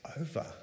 over